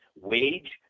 wage